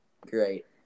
Great